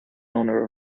honor